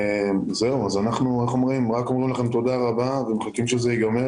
אנחנו רק אומרים לכם תודה רבה ומחכים שזה ייגמר